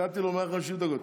נתתי לו 150 דקות,